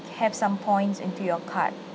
have some points into your card